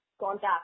Contact